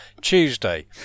Tuesday